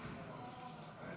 בעד,